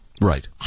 right